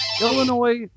Illinois